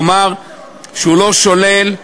כלומר שהוא לא שולל,